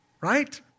Right